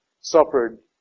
suffered